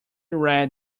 read